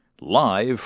live